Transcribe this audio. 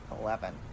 Eleven